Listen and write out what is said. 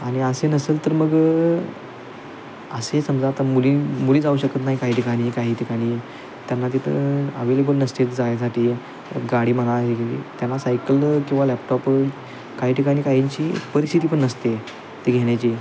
आणि असे नसेल तर मग असे समजा आता मुली मुली जाऊ शकत नाही काही ठिकाणी काही ठिकाणी त्यांना तिथं अवेलेबल नसते जायसाठी गाडी मगा हे ते त्यांना सायकल किंवा लॅपटॉप काही ठिकाणी काहींची परिस्थिती पण नसते ते घेण्याची